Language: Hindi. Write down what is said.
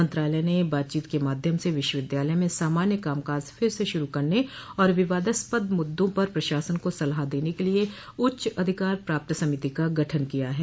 मंत्रालय ने बातचीत के माध्यम से विश्वविद्यालय में सामान्य कामकाज फिर शुरू करने और विवादास्पद मुद्दों पर प्रशासन को सलाह देने के लिए उच्च अधिकार प्राप्त समिति का गठन किया है